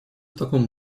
таком